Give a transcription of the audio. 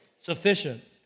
Sufficient